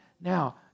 Now